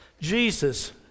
Jesus